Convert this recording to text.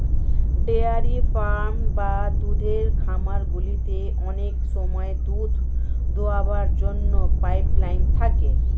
dairy farm বা দুধের খামারগুলিতে অনেক সময় দুধ দোয়াবার জন্য পাইপ লাইন থাকে